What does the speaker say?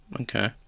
Okay